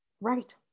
Right